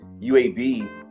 UAB